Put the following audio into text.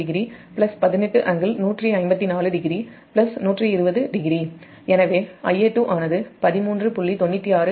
9oஆம்பியர் பெறும்